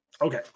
Okay